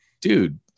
dude